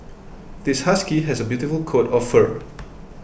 this husky has a beautiful coat of fur